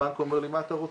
הבנק אומר לי: מה אתה רוצה?